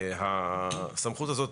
הסמכות הזאת